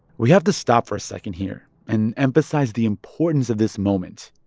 we have to stop for a second here and emphasize the importance of this moment.